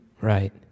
Right